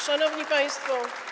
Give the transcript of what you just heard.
Szanowni Państwo!